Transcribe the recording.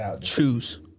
choose